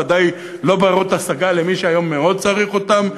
ודאי לא בנות-השגה למי שהיום מאוד צריך אותן,